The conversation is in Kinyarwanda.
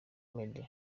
media